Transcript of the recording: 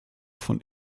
von